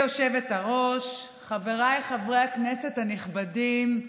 היושבת-ראש, חבריי חברי הכנסת הנכבדים,